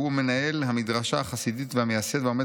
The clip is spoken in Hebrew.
שהוא מנהל המדרשה החסידית והמייסד והעומד